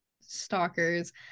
Stalkers